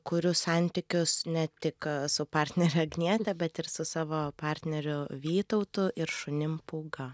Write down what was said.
kuriu santykius ne tik su partnere agniete bet ir su savo partneriu vytautu ir šunim pūga